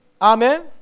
Amen